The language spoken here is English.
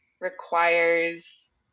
requires